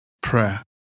prayer